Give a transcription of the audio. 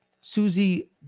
Susie